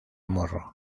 morro